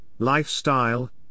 lifestyle